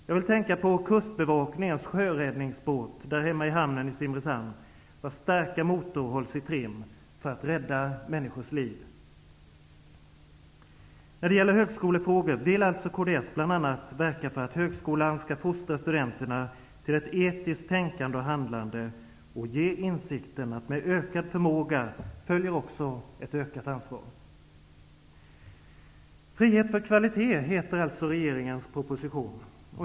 Jag vill tänka på Kustbevakningens sjöräddningsbåt hemma i hamnen i Simrishamn, vars starka motor hålls i trim för att människors liv skall kunna räddas. När det gäller högskolefrågor vill alltså kds bl.a. verka för att högskolan fostrar studenterna till ett etiskt tänkande och handlande och ger dem insikten att med ökad förmåga följer ökat ansvar. ''Frihet för kvalitet'' heter alltså regeringens proposition.